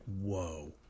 whoa